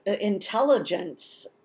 intelligence